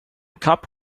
cup